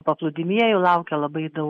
paplūdimyje jų laukia labai daug